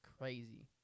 crazy